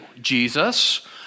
Jesus